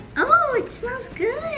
oh, it smells good.